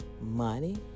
money